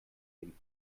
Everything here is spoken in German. dem